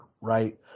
right